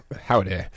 Howdy